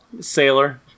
Sailor